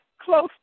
close